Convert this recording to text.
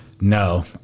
No